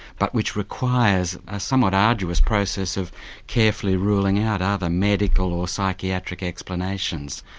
but which requires a somewhat arduous process of carefully ruling out other medical or psychiatric explanations.